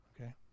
okay